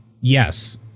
yes